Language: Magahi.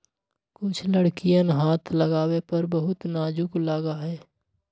कुछ लकड़ियन हाथ लगावे पर बहुत नाजुक लगा हई